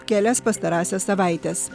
kelias pastarąsias savaites